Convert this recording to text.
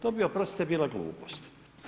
To bi oprostite, bila glupost.